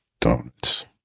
Donuts